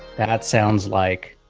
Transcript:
that sounds like